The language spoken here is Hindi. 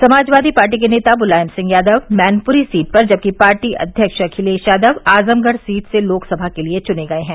समाजवादी पार्टी के नेता मुलायम सिंह यादव मैनपुरी सीट पर जबकि पार्टी अध्यक्ष अखिलेश यादव आजमगढ़ सीट से लोकसभा के लिए चुने गये हैं